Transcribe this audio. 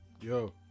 yo